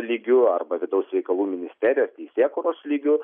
lygiu arba vidaus reikalų ministerijos teisėkūros lygiu